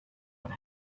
what